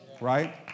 right